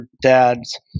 dad's